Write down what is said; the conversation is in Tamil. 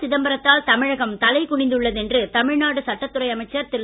சிதம்பரத்தால் தமிழகம் தலைகுனிந்துள்ளது என்று தமிழ்நாடு சட்டத்துறை அமைச்சர் தி